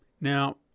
Now